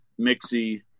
mixy